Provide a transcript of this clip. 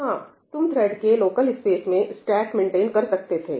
हां तुम थ्रेड के लोकल स्पेस में स्टैक मेंटन कर सकते थे